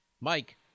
Mike